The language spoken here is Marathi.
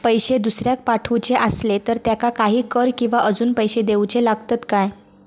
पैशे दुसऱ्याक पाठवूचे आसले तर त्याका काही कर किवा अजून पैशे देऊचे लागतत काय?